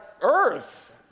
earth